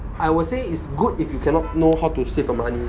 I will say it's good if you cannot know how to save your money